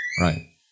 Right